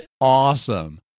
awesome